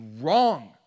wrong